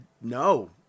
no